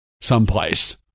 someplace